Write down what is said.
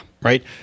Right